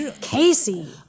Casey